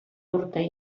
urte